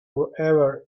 whoever